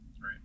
right